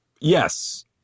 yes